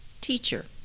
Teacher